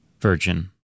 Virgin